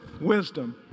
Wisdom